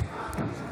(קורא בשמות חברי הכנסת)